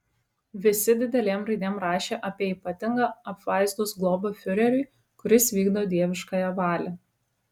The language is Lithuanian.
visi didelėm raidėm rašė apie ypatingą apvaizdos globą fiureriui kuris vykdo dieviškąją valią